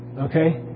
okay